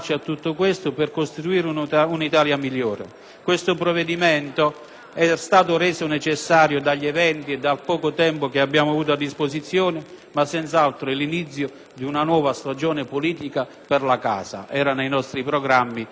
Questo provvedimento è stato reso necessario dagli eventi e dal poco tempo che abbiamo avuto a disposizione. Esso rappresenta senz'altro l'inizio di una nuova stagione politica per la casa; era nei nostri programmi e siamo intenzionati a mantenere